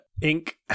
ink